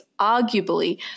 arguably